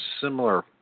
similar